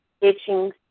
itching